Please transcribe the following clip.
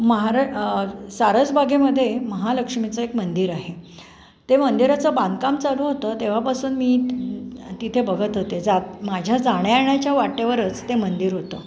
महारा सारसबागेमध्ये महालक्ष्मीचं एक मंदिर आहे ते मंदिराचं बांधकाम चालू होतं तेव्हापासून मी तिथे बघत होते जात माझ्या जाण्यायेण्याच्या वाटेवरच ते मंदिर होतं